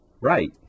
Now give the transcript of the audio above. Right